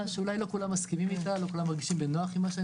זה מקרה שלא יכול עכשיו לחכות ליום אחד כאשר מישהו